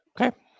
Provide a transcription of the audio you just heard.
okay